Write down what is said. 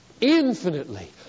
infinitely